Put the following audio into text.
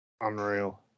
Unreal